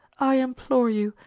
i implore you,